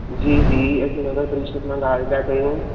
जी जी असीं नगर परिषद मां ॻाल्हि पिया कयूं